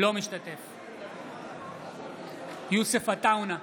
אינו משתתף בהצבעה יוסף עטאונה,